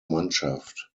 mannschaft